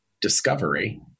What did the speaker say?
discovery